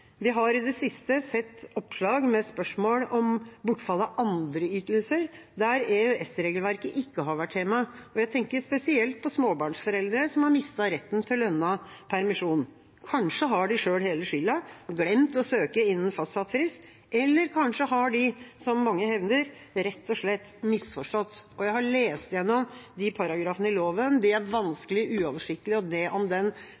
Vi har i det siste sett oppslag med spørsmål om bortfall av andre ytelser der EØS-regelverket ikke har vært tema. Jeg tenker spesielt på småbarnsforeldre som har mistet retten til lønnet permisjon. Kanskje har de selv hele skylda – glemt å søke innen fastsatt frist – eller har de kanskje, som mange hevder, rett og slett misforstått. Jeg har lest gjennom de paragrafene i loven, og de er vanskelige og uoversiktlige. Og det som gjelder den